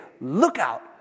lookout